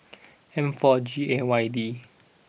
M four G A Y D